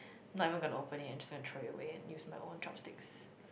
no I'm not gonna open it I'm just gonna throw it away use my own chopsticks